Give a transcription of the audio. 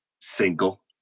single